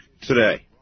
today